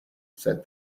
said